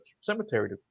cemetery